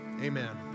amen